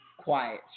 quiet